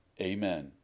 Amen